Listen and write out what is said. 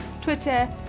twitter